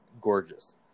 gorgeous